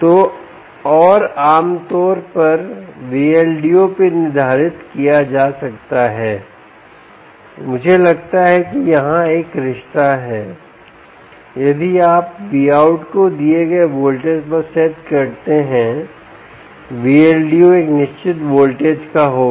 तो और आमतौर पर Vldo भी निर्धारित किया जा सकता है मुझे लगता है कि यहां एक रिश्ता है यदि आप Vout को दिए गए वोल्टेज पर सेट करते हैं Vldo एक निश्चित वोल्टेज का होगा